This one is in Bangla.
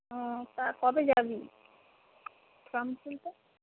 ও তা কবে যাবি ফর্ম তুলতে